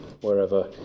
wherever